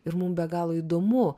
ir mum be galo įdomu